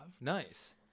Nice